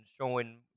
showing